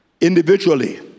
individually